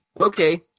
Okay